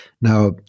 Now